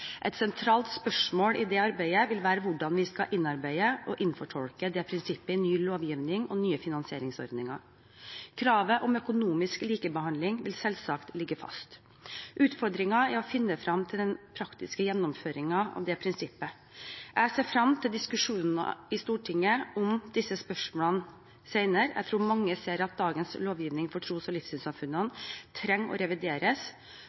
Et sentralt spørsmål i det arbeidet vil være hvordan vi skal innarbeide og innfortolke dette prinsippet i ny lovgivning og nye finansieringsordninger. Kravet om økonomisk likebehandling vil selvsagt ligge fast. Utfordringen er å finne frem til den praktiske gjennomføringen av prinsippet. Jeg ser frem til diskusjoner i Stortinget om disse spørsmålene senere. Jeg tror mange ser at dagens lovgivning for tros- og livssynssamfunnene trenger å revideres,